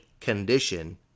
condition